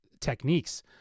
techniques